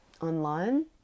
online